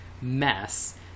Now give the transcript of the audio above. mess